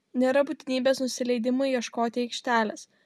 nėra būtinybės nusileidimui ieškoti aikštelės